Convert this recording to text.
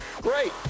Great